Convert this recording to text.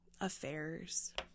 affairs